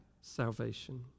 salvation